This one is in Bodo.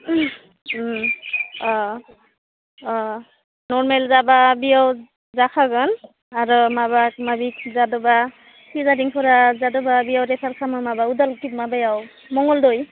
अ अ नरमेल जाब्ला बेयाव जाखागोन आरो माबा बिसिजादोबा सिजारिनफोरा जाब्ला बेयाव रेफार खामो माबा उदालगुरिसिम माबायाव मंगलदै